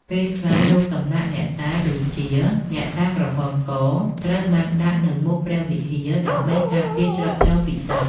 ពេលខ្លះ រូបសំណាកអ្នកតាដូចជា អ្នកតាក្រហមក ត្រូវបានដាក់នៅមុខព្រះវិហារដើម្បីការពារច្រកចូលពិសិដ្ឋ ។